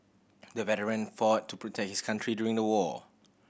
the veteran fought to protect his country during the war